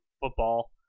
football